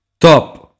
Top